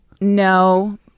No